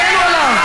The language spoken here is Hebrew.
תגנו עליו.